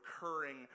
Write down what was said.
recurring